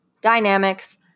Dynamics